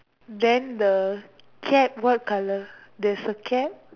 then the cap what colour there's a cap